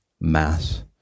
mass